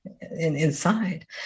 inside